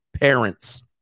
parents